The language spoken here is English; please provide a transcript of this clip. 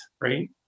Right